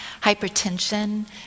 hypertension